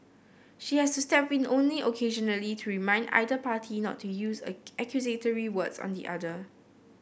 she has to step in only occasionally to remind either party not to use accusatory words on the other